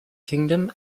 kingdom